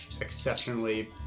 exceptionally